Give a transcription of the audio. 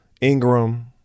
Ingram